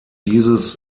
dieses